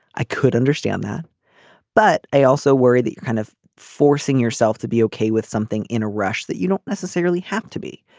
i could understand that but i also worry that you're kind of forcing yourself to be okay with something in a rush that you don't necessarily have to be.